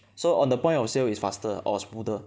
so on the point of sale is faster or smoother